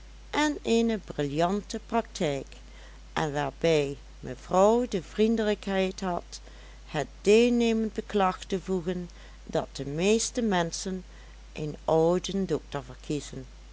en eene briljante praktijk en waarbij mevrouw de vriendelijkheid had het deelnemend beklag te voegen dat de meeste menschen een ouden dokter verkiezen